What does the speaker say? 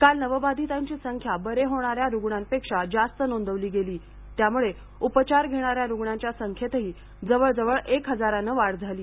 काल नवबाधितांची संख्या बरे होणाऱ्या रुग्णांपेक्षा जास्त नोंदवली गेली त्यामुळे उपचार घेणाऱ्या रुग्णांच्या संख्येतेही जवळजवळ एक हजारानं वाढ झाली